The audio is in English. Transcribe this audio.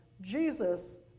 Jesus